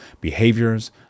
behaviors